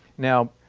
now,